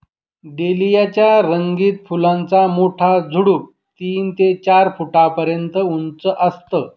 dahlia च्या रंगीत फुलांचा मोठा झुडूप तीन ते चार फुटापर्यंत उंच असतं